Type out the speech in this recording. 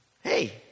Hey